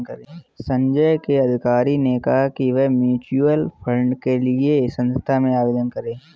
संजय के अधिकारी ने कहा कि वह म्यूच्यूअल फंड के लिए संस्था में आवेदन करें